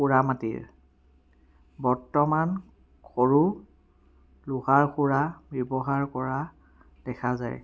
পুৰামাটিৰ বৰ্তমান সৰু লোহাৰ সোৰা ব্যৱহাৰ কৰা দেখা যায়